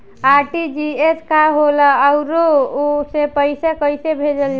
RTGS का होला आउरओ से पईसा कइसे भेजल जला?